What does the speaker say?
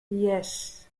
yes